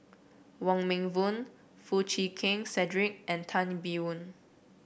Wong Meng Voon Foo Chee Keng Cedric and Tan Biyun